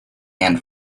and